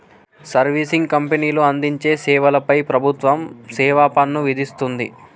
servicing కంపెనీలు అందించే సేవల పై ప్రభుత్వం సేవాపన్ను విధిస్తుంది